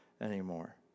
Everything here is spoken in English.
anymore